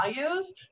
values